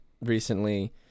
recently